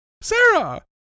Sarah